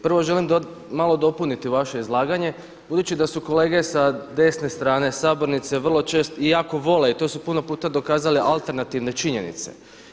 Prvo želim malo dopuniti vaše izlaganje budući da su kolege sa desne strane sabornice vrlo često i jako vole, a to su puno puta dokazali alternativne činjenice.